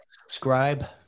subscribe